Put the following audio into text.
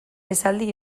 esaldi